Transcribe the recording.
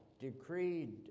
decreed